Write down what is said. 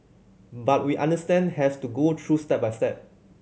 but we understand has to go through step by step